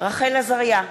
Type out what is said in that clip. רחל עזריה,